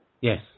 Yes